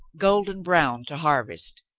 golden brown to harvest,